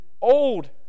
old